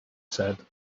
said